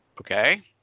okay